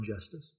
justice